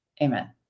amen